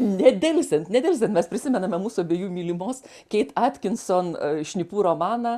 nedelsiant nedelsiant mes prisimename mūsų abiejų mylimos keit atkinson šnipų romaną